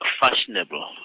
fashionable